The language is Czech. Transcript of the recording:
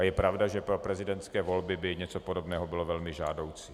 Je pravda, že pro prezidentské volby by něco podobného bylo velmi žádoucí.